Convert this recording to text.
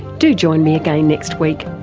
do join me again next week.